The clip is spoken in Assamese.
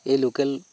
এই লোকেল